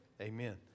amen